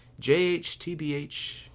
JHTBH